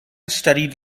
studied